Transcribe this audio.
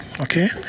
Okay